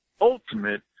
ultimate